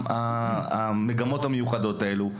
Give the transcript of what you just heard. המגמות המיוחדות האלו נסגרות.